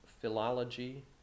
philology